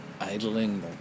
idling